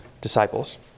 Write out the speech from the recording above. disciples